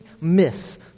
miss